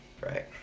Right